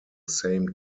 same